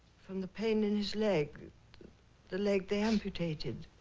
from the pain in his leg the leg they amputated.